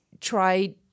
try